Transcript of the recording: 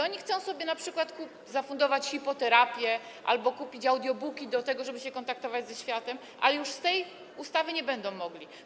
One chcą sobie np. zafundować hipoterapię albo kupić audiobooki do tego, żeby się kontaktować ze światem, ale już z tej ustawy nie będą mogły skorzystać.